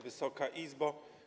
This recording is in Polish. Wysoka Izbo!